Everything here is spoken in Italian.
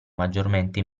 maggiormente